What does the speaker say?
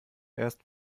erst